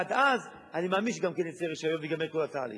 ועד אז אני מאמין שגם יוציאו רשיון וייגמר כל התהליך.